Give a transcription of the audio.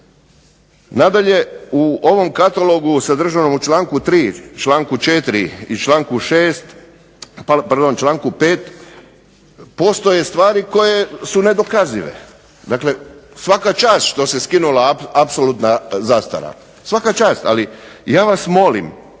Nadalje, u ovom katalogu sadržanom u članku 3., članku 4. i članku 6., pardon članku 5., postoje stvari koje su nedokazive. Dakle svaka čast što se skinula apsolutna zastara. Ali ja vas molim